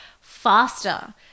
faster